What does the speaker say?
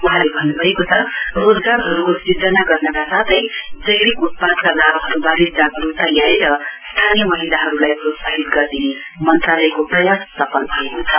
वहाँले भन्न्भएको छ रोजगारहरुको सूजना गर्नका साथै जैविक उत्पादका लाभहरुवारे दजागरुकता ल्याएर स्थानीय महिलाहरुली प्रोत्साहित गर्ने मन्त्रालयको प्रयास सफल भएको छ